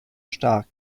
stark